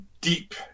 deep